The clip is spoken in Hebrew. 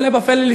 הפלא ופלא,